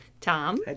Tom